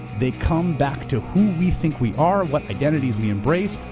they come back to who we think we are, what identities we embrace,